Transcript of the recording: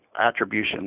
attribution